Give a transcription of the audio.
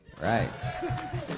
Right